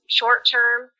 short-term